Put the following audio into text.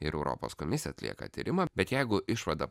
ir europos komisija atlieka tyrimą bet jeigu išvada